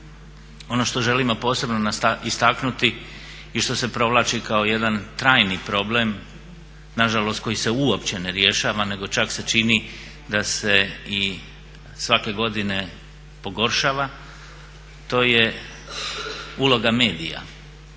Ono što želimo posebno istaknuti i što se provlači kao jedan trajni problem, nažalost koji se uopće ne rješava nego čak se čini da se i svake godine pogoršava, to je uloga medija